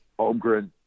Holmgren